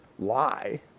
lie